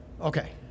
Okay